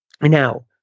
now